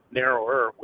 narrower